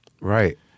Right